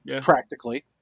practically